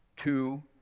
two